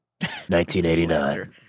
1989